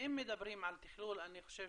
ואם מדברים על תכלול אני חושב